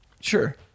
Sure